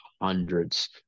hundreds